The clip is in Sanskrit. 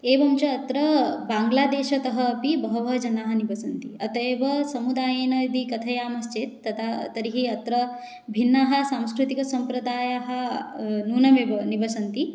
एवं च अत्र बाङ्ग्लादेशतः अपि बहवः जनाः निवसन्ति अतः एव समुदायेन यदि कथयामश्चेत् तदा तर्हि अत्र भिन्नाः सांस्कृतिकसम्प्रदायाः नूनमेव निवसन्ति